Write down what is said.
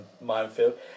minefield